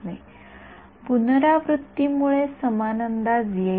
विद्यार्थी शेवटी पुनरावृत्ती केल्याने समान अंदाज येईल